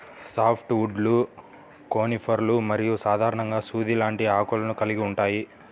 soft వుడ్లు కోనిఫర్లు మరియు సాధారణంగా సూది లాంటి ఆకులను కలిగి ఉంటాయి